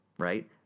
Right